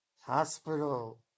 hospital